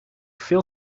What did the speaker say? veel